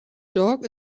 dog